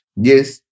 Yes